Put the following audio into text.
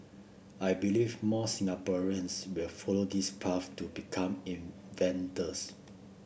I believe more Singaporeans will follow this path to become inventors